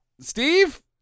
Steve